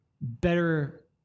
better